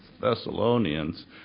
Thessalonians